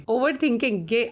Overthinking